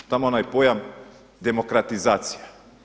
Tamo onaj pojam demokratizacija.